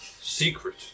Secret